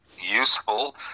useful